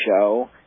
show